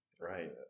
Right